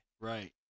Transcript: Right